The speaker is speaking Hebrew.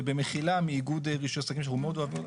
ובמחילה מאיגוד רישוי עסקים שאנחנו מאוד אוהבים.